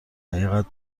حقیقت